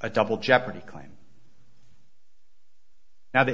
a double jeopardy claim now the